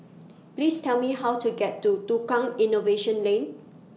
Please Tell Me How to get to Tukang Innovation Lane